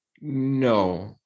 No